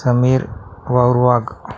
Sameer वावूरवाघ